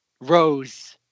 Rose